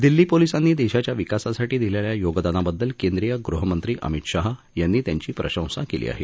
दिल्ली पोलिसांनी देशाच्या विकासासाठी दिलेल्या योगदानाबद्दल केंद्रीय गृहमंत्री अमित शाह यांनी त्यांची प्रशंसा केली आहे